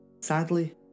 Sadly